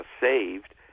saved